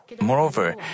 Moreover